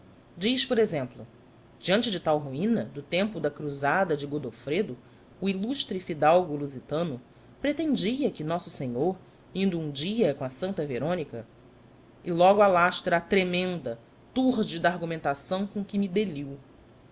diz por exemplo diante de tal ruína do tempo da cruzada de godofredo o ilustre fidalgo lusitano pretendia que nosso senhor indo um dia com a santa verônica e logo alastra a tremenda túrgida argumentação com que me deliu